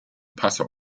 passau